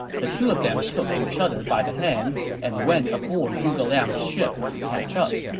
the two of them took each other by the hand and went aboard zhuge liang's ship to catch up.